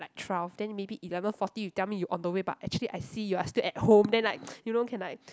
twelve then maybe eleven forty you tell me you on the way but actually I see you are still at home then like you know can like